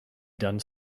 done